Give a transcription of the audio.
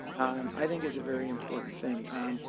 um, i think is a very important thing.